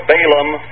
Balaam